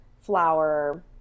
flour